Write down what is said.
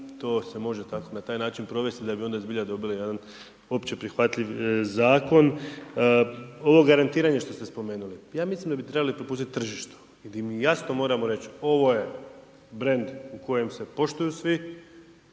to se može tako na taj način provesti da bi onda zbilja dobili jedan opće prihvatljiv zakon. Ovo garantiranje što ste spomenuli. Ja mislim da bi trebali…/Govornik se ne razumije/…tržištu, gdje mi jasno moramo reći ovo je brend u kojem se poštuju